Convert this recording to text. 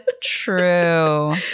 true